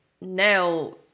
now